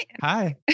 Hi